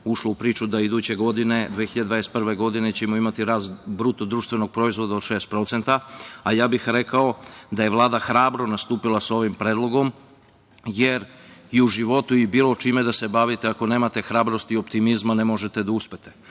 ušla u priču da iduće godine, 2021. godine, ćemo imati rast BDP od 6%, a ja bih rekao da je Vlada hrabro nastupila sa ovim predlogom, jer i u životu, bilo čime da se bavite, ako nemate hrabrosti i optimizma, ne možete da uspete.